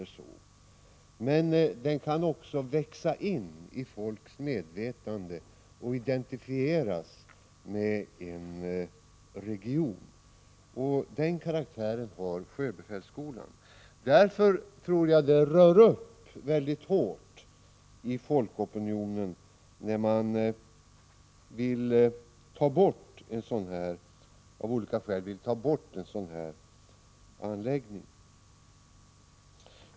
Men den kan också växa in i folks medvetande och identifieras med en region. Den karaktären har sjöbefälsskolan. Därför tror jag det rör upp väldigt hårt i folkopinionen när man vill ta bort en sådan anläggning.